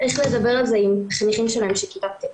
איך לדבר על זה עם חניכים שלהן של כיתה ח',